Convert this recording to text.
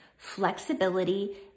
flexibility